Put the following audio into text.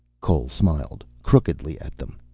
cole smiled crookedly at them.